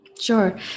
Sure